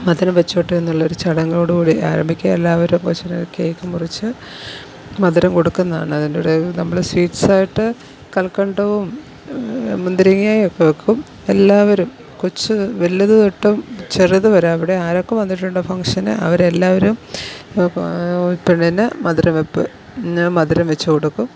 മധുരം വെച്ചോട്ടെ എന്നുള്ളൊരു ചടങ്ങോടു കൂടി ആരംഭിക്കും എല്ലാവരും കൊച്ചിന് കേക്കും മുറിച്ച് മധുരം കൊടുക്കുന്നയാണ് അതിൻ്റെയൊരു നമ്മൾ സ്വീറ്റ്സായിട്ട് കൽക്കണ്ടവും മുന്തിരിങ്ങയും ഒക്കെ വെക്കും എല്ലാവരും കൊച്ച് വലുത് തൊട്ടും ചെറുതു വരെ അവിടെ ആരൊക്കെ വന്നിട്ടുണ്ടോ ഫങ്ക്ഷന് അവർ എല്ലാവരും പെണ്ണിന് മധുരം വെപ്പിന് മധുരം വെച്ചു കൊടുക്കും